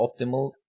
optimal